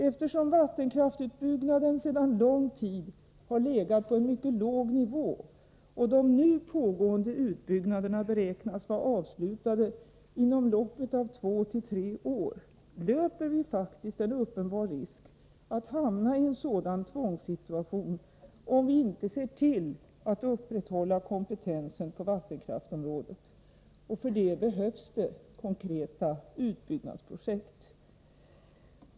Eftersom vattenkraftsutbyggnaden sedan lång tid har legat på mycket låg nivå och de nu pågående utbyggnaderna beräknas vara avslutade inom loppet av två tre år, löper vi faktiskt en uppenbar risk att hamna i en sådan tvångssituation om vi inte ser till att upprätthålla kompetensen på vattenkraftsområdet. För det behövs det konkreta utbyggnadsprojekt.